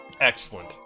Excellent